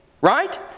right